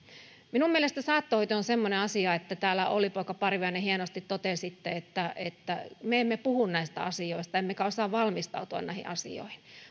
minun mielestäni saattohoito on semmoinen asia kuten täällä olli poika parviainen hienosti totesitte että että me emme puhu näistä asioista emmekä osaa valmistautua näihin asioihin